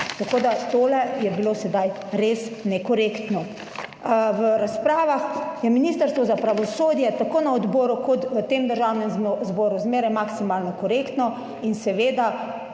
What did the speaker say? Tako, da tole je bilo sedaj res nekorektno. V razpravah je Ministrstvo za pravosodje tako na odboru, kot v tem Državnem zboru zmeraj maksimalno korektno in seveda,